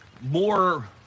more